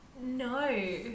No